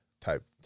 type